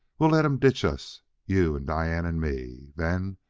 we'll let him ditch us you and diane and me. then,